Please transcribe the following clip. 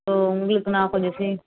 so உங்களுக்கு நான் கொஞ்சம் சே